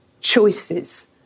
choices